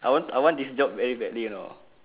I want I want this job very badly you know